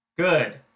good